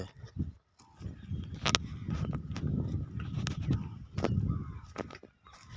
ऋण आहार एक तरह कार प्रबंधन योजना छे